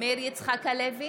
מאיר יצחק הלוי,